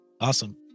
Awesome